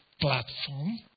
platform